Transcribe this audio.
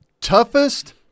toughest